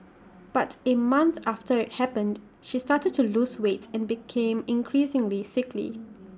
but A month after IT happened she started to lose weight and became increasingly sickly